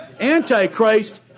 antichrist